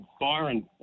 Byron